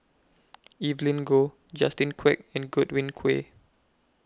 Evelyn Goh Justin Quek and Godwin Koay